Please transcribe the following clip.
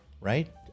Right